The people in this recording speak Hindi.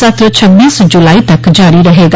सत्र छब्बीस जुलाई तक जारी रहेगा